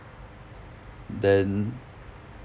then